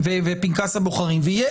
שזה